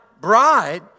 bride